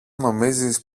νομίζεις